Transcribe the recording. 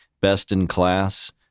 best-in-class